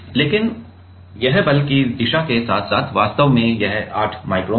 लेकिन यह बल की दिशा के साथ साथ वास्तव में यह 8 माइक्रोन है